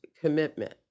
commitment